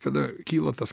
tada kyla tas